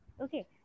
Okay